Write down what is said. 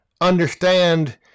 understand